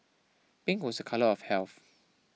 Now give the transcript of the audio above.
pink was a colour of health